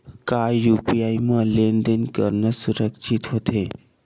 का यू.पी.आई म लेन देन करना सुरक्षित होथे?